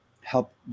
help